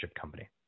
company